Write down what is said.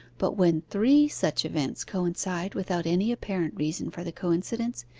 but when three such events coincide without any apparent reason for the coincidence,